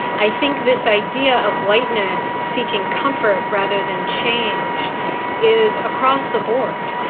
i think this idea of whiteness, seeking comfort rather than change is across the board,